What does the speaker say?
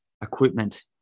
equipment